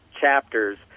chapters